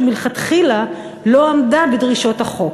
שמלכתחילה לא עמדה בדרישות החוק.